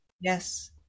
Yes